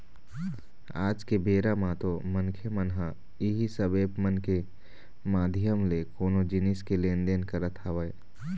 आज के बेरा म तो मनखे मन ह इही सब ऐप मन के माधियम ले कोनो जिनिस के लेन देन करत हवय